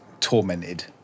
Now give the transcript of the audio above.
tormented